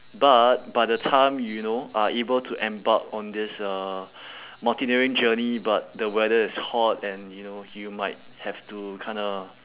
but by the time you know are able to embark on this uh mountaineering journey but the weather is hot and you know you might have to kinda